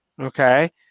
Okay